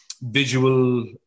visual